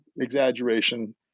exaggeration